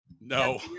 No